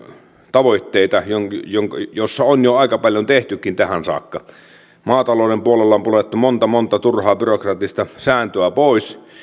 tavoitteita ja siinä on jo aika paljon tehtykin tähän saakka maatalouden puolella on purettu monta monta turhaa byrokraattista sääntöä pois